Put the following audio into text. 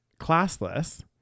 classless